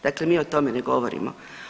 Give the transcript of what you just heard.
Dakle, mi o tome ne govorimo.